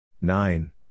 Nine